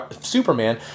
Superman